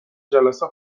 جلسه